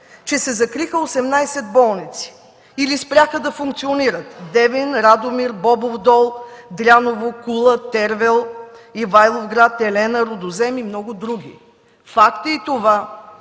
че се закриха или спряха да функционират 18 болници: Девин, Радомир, Бобов дол, Дряново, Кула, Тервел, Ивайловград, Елена, Рудозем и много други. Факт е и това,